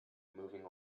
moving